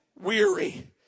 Weary